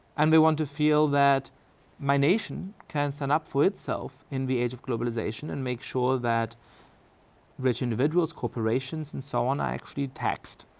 and we want to feel that my nation can stand up for itself in the age of globalization and make sure that rich individuals, corporations, and so on are actually taxed,